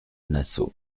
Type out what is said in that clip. nassau